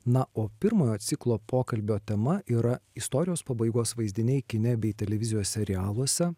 na o pirmojo ciklo pokalbio tema yra istorijos pabaigos vaizdiniai kine bei televizijos serialuose